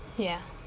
ya